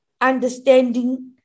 understanding